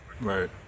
right